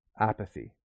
apathy